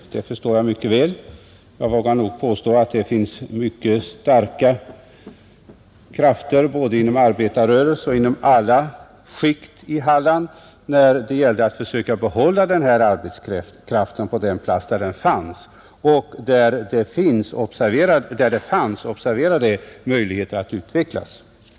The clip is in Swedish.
Det förstår jag mycket väl. Jag vågar påstå att det finns mycket starka krafter inom både arbetarrörelsen och andra grupper i Halland som anser att man borde ha försökt behålla denna arbetskraft på den tidigare platsen, där det fanns — observera det — möjligheter för utveckling.